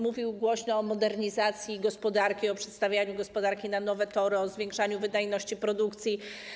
Mówił głośno o modernizacji gospodarki, o przestawianiu gospodarki na nowe tory, o zwiększaniu wydajności produkcji.